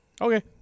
okay